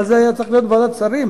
אבל זה היה צריך להיות בוועדת שרים.